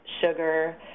sugar